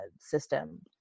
system